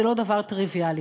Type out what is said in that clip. זה לא דבר טריוויאלי.